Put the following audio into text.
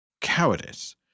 Cowardice